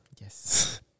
Yes